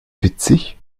witzig